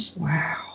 Wow